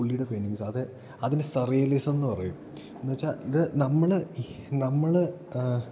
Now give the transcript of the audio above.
പുള്ളിയുടെ പെയിൻറ്റിങ്സ് അത് അതിന് സറിയലിസം എന്ന് പറയും എന്ന് വെച്ചാൽ ഇത് നമ്മൾ നമ്മൾ